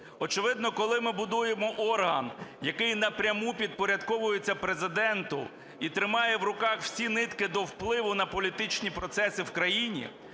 Очевидно, коли ми будуємо орган, який напряму підпорядковується Президенту і тримає в руках всі нитки до впливу на політичні процеси в країні,